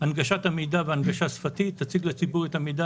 הנגשת המידע והנגשה שפתית תציג לציבור את המידע